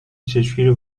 چشمگیر